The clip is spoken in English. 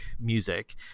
music